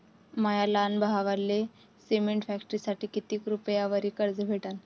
माया लहान भावाले सिमेंट फॅक्टरीसाठी कितीक रुपयावरी कर्ज भेटनं?